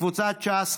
קבוצת סיעת ש"ס,